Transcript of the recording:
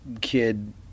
kid